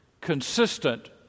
consistent